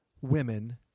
women